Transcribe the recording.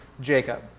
Jacob